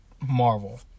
Marvel